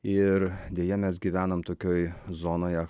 ir deja mes gyvenam tokioje zonoje